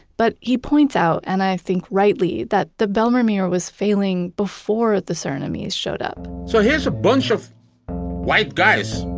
but he points out, and i think rightly, that the bijlmermeer was failing before the surinamese showed up so here's a bunch of white guys.